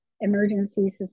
emergency